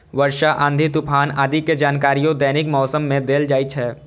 वर्षा, आंधी, तूफान आदि के जानकारियो दैनिक मौसम मे देल जाइ छै